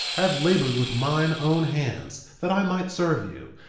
have labored with mine own hands that i might serve you,